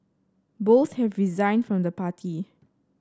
both have resigned from the party